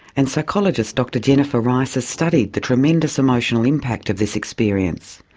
and psychologist dr jennifer rice has studied the tremendous emotional impact of this experience.